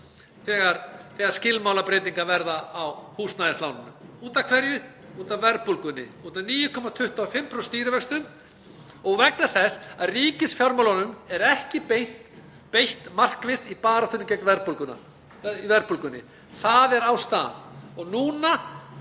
þegar skilmálabreytingar verða á húsnæðislánum. Út af hverju? Verðbólgunni. Út af 9,25% stýrivöxtum og vegna þess að ríkisfjármálunum er ekki beitt markvisst í baráttunni gegn verðbólgunni. Það er ástæðan. Og núna